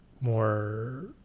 more